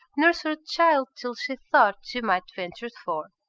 nursed her child till she thought she might venture forth.